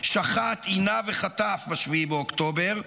שחט, עינה וחטף ב-7 באוקטובר,